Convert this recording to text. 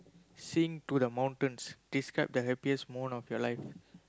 sing to the mountain describe the happiest moment of your life